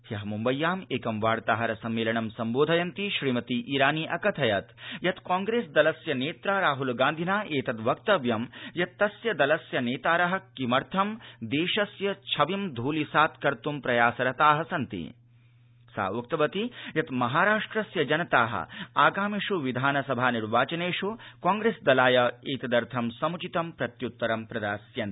ह्यः मुम्बय्याम् एकं वार्ताहरसम्मेलनं सम्बोधयन्ती श्रीमती ईरानी अकथयत् यत् कांप्रेस दलस्य नेत्रा राहुल गांधिना एतद वक्तव्यं यत् तस्य दलस्य नेतारः किमर्थ देशस्य छविं ध्लिसात्कत् प्रयासरताः सन्ति सा उक्तवती यत् महाराष्ट्रस्य जनताः आगामिष् विधानसभानिर्वाचनेष् कांप्रेस् दलाय एतदर्थं सम्चित प्रत्युत्तरं प्रदास्यन्ति